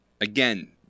Again